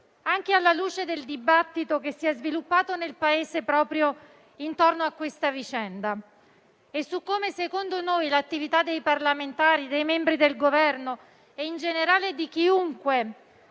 anche alla luce del dibattito che si è sviluppato nel Paese intorno a questa vicenda, e su come secondo noi l'attività dei parlamentari, dei membri del Governo e in generale di chiunque,